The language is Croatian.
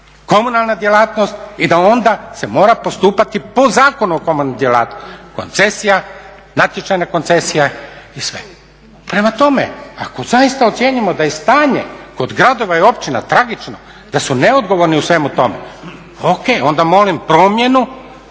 komunalna djelatnost i da onda se mora postupati po Zakonu o komunalnoj djelatnosti, koncesija, natječajna koncesija i sve. Prema tome ako zaista ocjenjujemo da je stanje kod gradova i općina tragično, da su neodgovorni u svemu tome o.k. onda molim promjenu